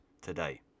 today